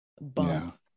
bump